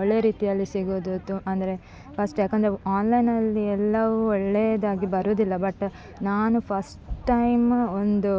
ಒಳ್ಳೆಯ ರೀತಿಯಲ್ಲಿ ಸಿಗೋದು ತು ಅಂದರೆ ಕಷ್ಟ ಯಾಕೆಂದ್ರೆ ಆನ್ಲೈನಲ್ಲಿ ಎಲ್ಲವೂ ಒಳ್ಳೆಯದಾಗಿ ಬರುವುದಿಲ್ಲ ಬಟ್ ನಾನು ಫಸ್ಟ್ ಟೈಮ್ ಒಂದು